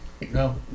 no